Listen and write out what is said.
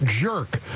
jerk